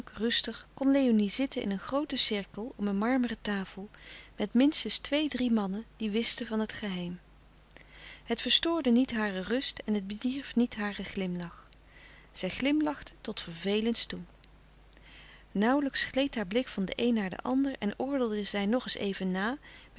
rustig kon léonie zitten in een grooten cirkel om een marmeren tafel met minstens twee drie mannen die wisten van het geheim het verstoorde niet hare rust en het bedierf niet haar glimlach zij glimlachte tot vervelens toe nauwlijks gleed haar blik van den een naar den ander en oordeelde zij nog eens even na